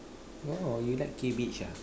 oh you like cabbage ah